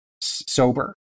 sober